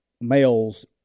males